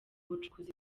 bucukuzi